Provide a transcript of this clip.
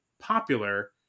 popular